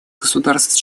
государств